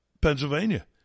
Pennsylvania